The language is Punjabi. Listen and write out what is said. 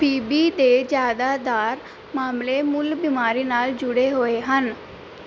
ਪੀ ਬੀ ਦੇ ਜ਼ਿਆਦਾਤਰ ਮਾਮਲੇ ਮੂਲ ਬਿਮਾਰੀ ਨਾਲ ਜੁੜੇ ਹੋਏ ਹਨ